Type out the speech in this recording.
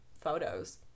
photos